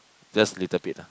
just little bit lah